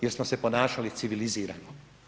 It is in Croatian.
Jer smo se ponašali civilizirano.